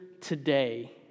today